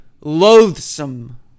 loathsome